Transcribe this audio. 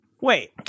Wait